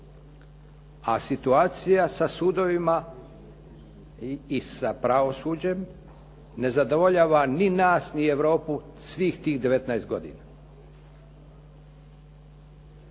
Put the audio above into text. A situacija sa sudovima i sa pravosuđem ne zadovoljava ni nas ni Europu svih tih 19 godina.